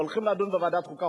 הולכים לדון בוועדת החוקה,